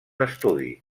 estudi